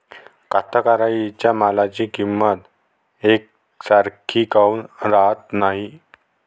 कास्तकाराइच्या मालाची किंमत यकसारखी काऊन राहत नाई?